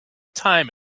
time